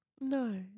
No